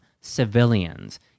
civilians